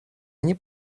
они